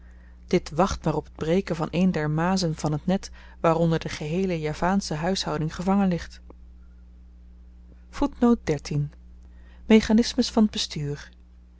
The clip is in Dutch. dit wacht maar op t breken van een der mazen van t net waaronder de geheele javaansche huishouding gevangen ligt mechanisme van t bestuur